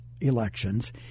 elections